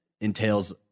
entails